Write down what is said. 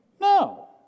No